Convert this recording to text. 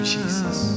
Jesus